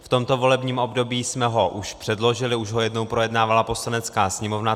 V tomto volebním období jsme ho už předložili, už jednou projednávala Poslanecká sněmovna.